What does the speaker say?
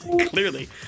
Clearly